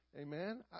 Amen